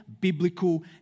biblical